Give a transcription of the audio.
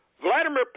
Vladimir